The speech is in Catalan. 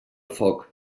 foc